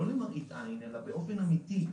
לא למראית עין אלא באופן אמיתי,